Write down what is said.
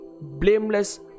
blameless